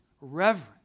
reverent